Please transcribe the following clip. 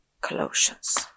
Colossians